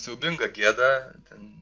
siaubinga gėda ten